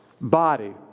body